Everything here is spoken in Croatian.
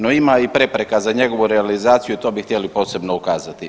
No ima i prepreka za njegovu realizaciju, to bi htjeli posebno ukazati.